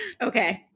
Okay